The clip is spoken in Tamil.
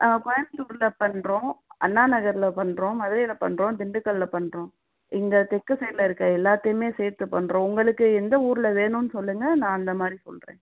ஆ கோயம்புத்தூரில் பண்ணுறோம் அண்ணா நகரில் பண்ணுறோம் மதுரையில பண்ணுறோம் திண்டுக்கலில் பண்ணுறோம் இந்த தெற்கு சைட்டில் இருக்க எல்லாத்தையுமே சேர்த்து பண்ணுறோம் உங்களுக்கு எந்த ஊரில் வேணுன்னு சொல்லுங்கள் நான் அந்தமாதிரி சொல்லுறேன்